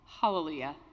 hallelujah